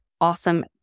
awesome